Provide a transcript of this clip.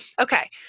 Okay